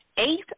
Eighth